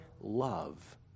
love